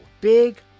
Big